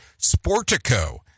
Sportico